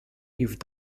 you’ve